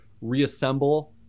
reassemble